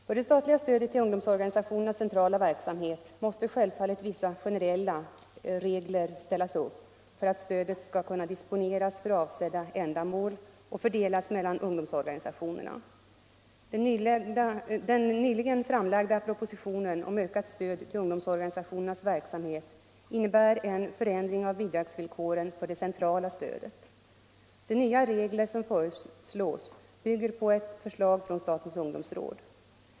För det statliga stödet till ungdomsorganisationernas centrala verksamhet måste självfallet vissa generella regler ställas upp för att stödet skall kunna disponeras för avsedda ändamål och fördelas mellan ungdomsorganisationerna. Den nyligen framlagda propositionen om ökat stöd till ungdomsorganisationernas verksamhet innebär en förändring av bidragsvillkoren för det centrala stödet. De nya regler som föreslås bygger på ett förslag från statens ungdomsråd.